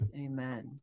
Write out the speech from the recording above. Amen